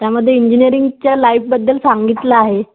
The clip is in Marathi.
त्यामध्ये इंजिनिअरिंगच्या लाईफबद्दल सांगितलं आहे